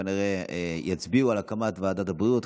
כנראה יצביעו על הקמת ועדת הבריאות,